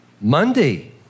Monday